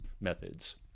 methods